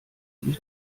die